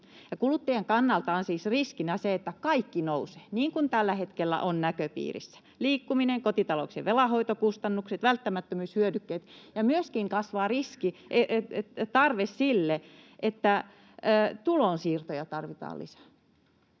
Kuluttajien kannalta on siis riskinä se, että kaikki nousee, niin kuin tällä hetkellä on näköpiirissä — liikkuminen, kotitalouksien velanhoitokustannukset, välttämättömyyshyödykkeet — ja myöskin kasvaa tarve sille, että tulonsiirtoja tarvitaan lisää.